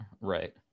right